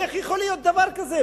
איך יכול להיות דבר כזה?